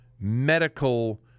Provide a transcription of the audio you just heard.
medical